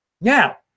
Now